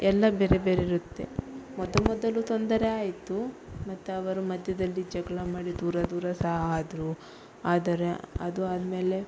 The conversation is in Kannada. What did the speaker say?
ಎಲ್ಲಾ ಬೇರೆ ಬೇರೆ ಇರುತ್ತೆ ಮೊದ ಮೊದಲು ತೊಂದರೆ ಆಯಿತು ಮತ್ತು ಅವರು ಮಧ್ಯದಲ್ಲಿ ಜಗಳ ಮಾಡಿ ದೂರ ದೂರ ಸಹ ಆದರು ಆದರೆ ಅದು ಆದ ಮೇಲೆ